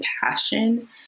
passion